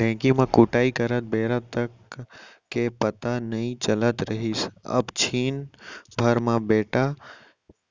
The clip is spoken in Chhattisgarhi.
ढेंकी म कुटई करत बेरा तक के पता नइ चलत रहिस कब छिन भर म बेटा